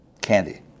candy